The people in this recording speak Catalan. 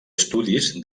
estudis